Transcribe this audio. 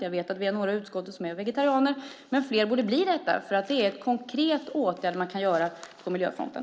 Jag vet att några i utskottet är vegetarianer. Fler borde dock bli det, för det är en konkret åtgärd man kan vidta på miljöfronten.